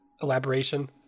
elaboration